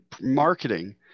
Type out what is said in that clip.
Marketing